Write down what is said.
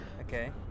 Okay